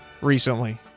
recently